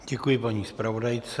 Děkuji paní zpravodajce.